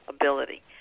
ability